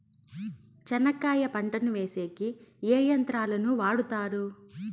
చెనక్కాయ పంటను వేసేకి ఏ యంత్రాలు ను వాడుతారు?